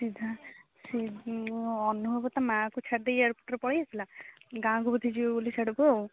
ସିଧା ଅନୁଭବ ତା' ମା'କୁ ଛାଡ଼ିଦେଇ ଏୟାରପୋର୍ଟରୁ ପଳେଇ ଆସିଲା ଗାଁକୁ ବୋଧେ ଯିବ ବୋଲି ସେଆଡ଼କୁ ଆଉ